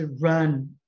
run